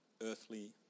earthly